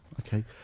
okay